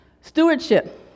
Stewardship